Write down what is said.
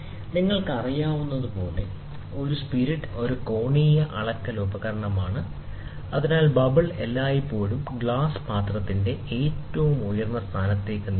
നിങ്ങൾക്കറിയാവുന്നതുപോലെ ഒരു സ്പിരിറ്റ് ഒരു കോണീയ അളക്കൽ ഉപകരണമാണ് അതിൽ ബബിൾ എല്ലായ്പ്പോഴും ഗ്ലാസ് പാത്രത്തിന്റെ ഏറ്റവും ഉയർന്ന സ്ഥാനത്തേക്ക് നീങ്ങുന്നു